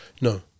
No